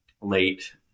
late